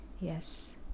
Yes